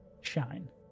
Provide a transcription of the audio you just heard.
shine